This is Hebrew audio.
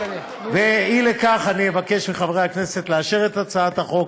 אי לכך, אבקש מחברי הכנסת לאשר את הצעת החוק